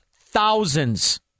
thousands